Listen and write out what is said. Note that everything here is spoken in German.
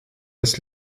das